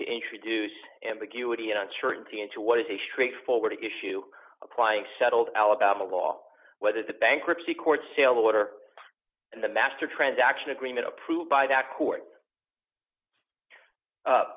to introduce and acuity uncertainty into what is a straightforward issue applying settled alabama law whether the bankruptcy court sale order and the master transaction agreement approved by that court